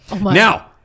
Now-